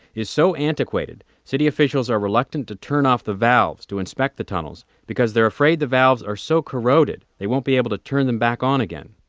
is so antiquated city officials are reluctant to turn off the valves to inspect the tunnels because they're afraid the valves are so corroded, they won't be able to turn them back on again